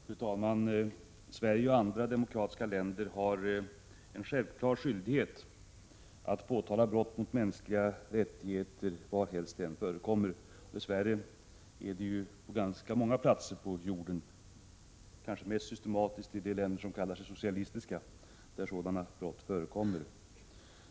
Fru talman! Sverige och andra demokratiska länder har en självklar skyldighet att påtala brott mot mänskliga rättigheter varhelst de än förekommer. Dess värre förekommer ju sådana brott på ganska många platser på jorden, och kanske mest systematiskt i de länder som kallar sig socialistiska.